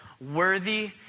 Worthy